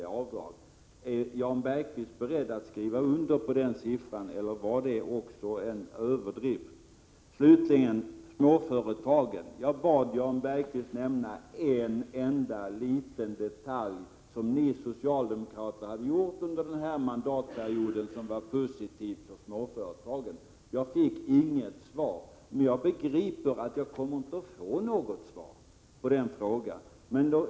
i avdrag. Är Jan Bergqvist beredd att skriva under på den siffran eller är den överdriven? Jag bad Jan Bergqvist nämna en enda för småföretagen positiv detalj av det som ni socialdemokrater har gjort under mandatperioden. Jag fick inget svar, och jag begriper också att jag inte heller kommer att få något.